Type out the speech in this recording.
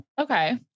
Okay